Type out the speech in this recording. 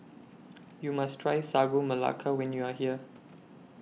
YOU must Try Sagu Melaka when YOU Are here